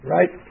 Right